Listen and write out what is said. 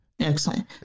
Excellent